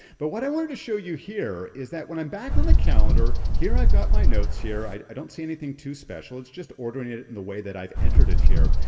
but what i wanted to show you here is that when i'm back on the calendar, here i've got my notes here, i don't see anything too special, it's just ordering it in the way that i've entered it here.